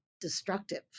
destructive